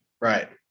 right